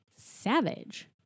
savage